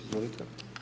Izvolite.